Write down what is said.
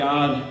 God